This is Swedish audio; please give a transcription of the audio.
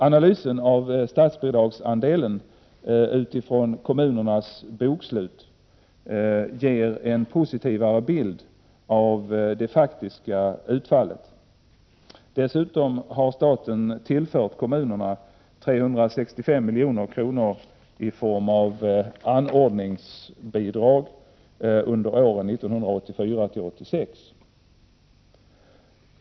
Analyser av statsbidragsandelen utifrån kommunernas bokslut ger en positivare bild av det faktiska utfallet. Dessutom har staten tillfört kommunerna 365 milj.kr. i form av anordningsbidrag under åren 1984-1986.